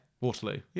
Waterloo